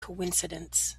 coincidence